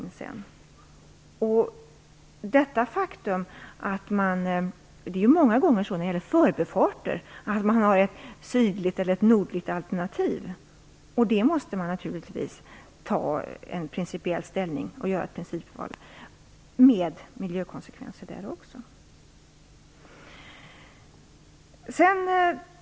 När det gäller förbifarter finns det många gånger ett sydligt eller nordligt alternativ. Då måste man naturligtvis också där ta principiell ställning och göra ett principval på grundval av miljökonsekvenser.